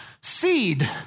seed